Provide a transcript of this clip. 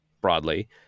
broadly